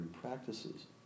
practices